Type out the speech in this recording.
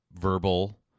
verbal